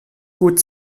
gut